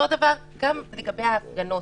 אותו דבר גם לגבי ההפגנות,